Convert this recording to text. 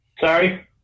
Sorry